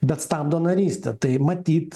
bet stabdo narystę tai matyt